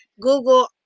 google